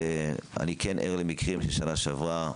ואני כן ער למקרים ששנה שעברה,